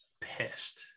pissed